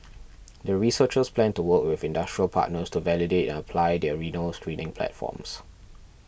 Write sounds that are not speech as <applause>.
<noise> the researchers plan to work with industrial partners to validate and apply their renal screening platforms